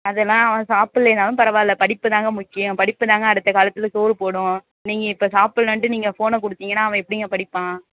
அதெல்லாம் அவன் சாப்பிட்லேனாலும் பரவாயில்ல படிப்புதாங்க முக்கியம் படிப்புதாங்க அடுத்த காலத்தில் சோறு போடும் நீங்கள் இப்போ சாப்பிட்லன்ட்டு நீங்கள் ஃபோனை கொடுத்தீங்கனா அவன் எப்படிங்க படிப்பான்